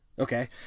Okay